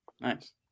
Nice